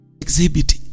exhibit